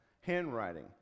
Handwriting